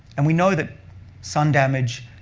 and we know that sun damage,